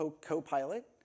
co-pilot